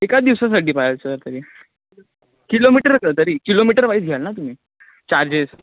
एकाच दिवसासाठी पाहिजे सर तरी किलोमीटर तरी किलोमीटर वाईज घ्याल ना तुम्ही चार्जेस